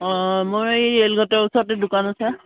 অঁ মই এই ৰে'ল গেটৰ ওচৰতে দোকান আছে